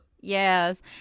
yes